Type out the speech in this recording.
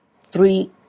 three